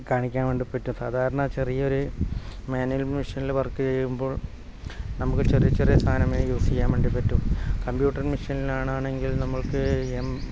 കാണിക്കാൻ വേണ്ടി പറ്റൂ സാധാരണ ചെറിയൊരു മാനുവൽ മെഷീനിൽ വർക്ക് ചെയ്യുമ്പോൾ നമുക്ക് ചെറിയ ചെറിയ സാധനമേ യൂസ് ചെയ്യാൻ വേണ്ടി പറ്റൂ കമ്പ്യൂട്ടർ മിഷ്യനിലാണെങ്കിൽ നമ്മൾക്ക് എം